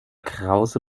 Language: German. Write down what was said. krause